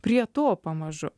prie to pamažu